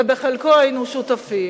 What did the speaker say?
ובחלקו היינו שותפים,